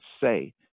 say